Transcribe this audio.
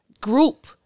group